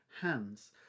hands